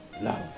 Love